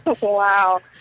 Wow